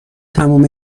تمام